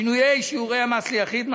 שינויי שיעורי המס ליחיד,